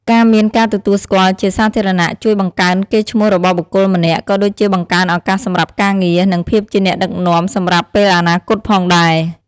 ការមានការទទួលស្គាល់់ជាសាធារណៈជួយបង្កើនកេរ្តិ៍ឈ្មោះរបស់បុគ្គលម្នាក់ ក៏ដូចជាបង្កើនឱកាសសម្រាប់ការងារ និងភាពជាអ្នកដឹកនាំសម្រាប់ពេលអនាគតផងដែរ។